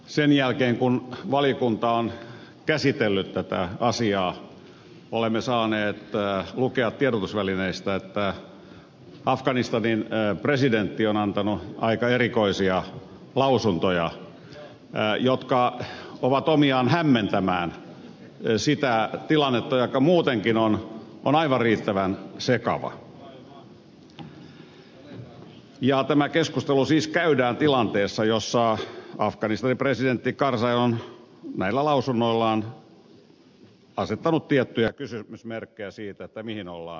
sen jälkeen kun valiokunta on käsitellyt tätä asiaa olemme saaneet lukea tiedotusvälineistä että afganistanin presidentti on antanut aika erikoisia lausuntoja jotka ovat omiaan hämmentämään sitä tilannetta joka muutenkin on aivan riittävän sekava ja tämä keskustelu siis käydään tilanteessa jossa afganistanin presidentti karzai on näillä lausunnoillaan asettanut tiettyjä kysymysmerkkejä siitä mihin ollaan matkalla